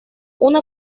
una